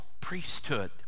priesthood